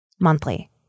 monthly